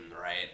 right